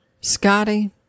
scotty